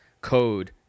code